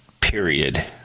period